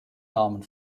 namen